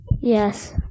Yes